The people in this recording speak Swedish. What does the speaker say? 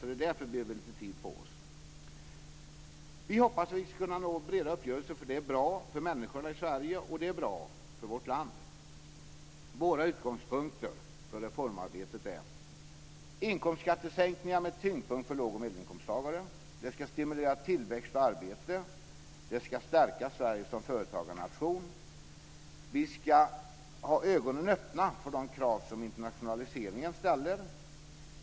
Det är därför vi behöver lite tid på oss. Vi hoppas att vi ska kunna nå breda uppgörelser. Det bra för människorna i Sverige, och det är bra för vårt land. Våra utgångspunkter för reformarbetet är: - Det ska stimulera tillväxt och arbete. - Det ska stärka Sverige som företagarnation. - Vi ska ha ögonen öppna för de krav som internationaliseringen ställer.